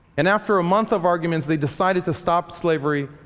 and after a month of arguments they decided to stop slavery,